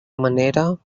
manera